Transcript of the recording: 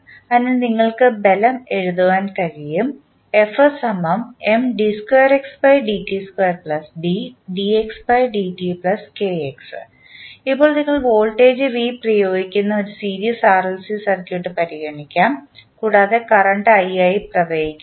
അതിനാൽ നിങ്ങൾക്ക് ബലം എഴുതാൻ കഴിയും ഇപ്പോൾ നിങ്ങൾ വോൾട്ടേജ് V പ്രയോഗിക്കുന്ന ഒരു സീരീസ് ആർഎൽസി സർക്യൂട്ട് പരിഗണിക്കാം കൂടാതെ കറന്റ് i ആയി പ്രവഹിക്കുന്നു